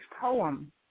poem